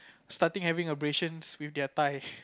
starting having abrasion with their thigh